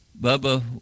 Bubba